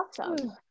awesome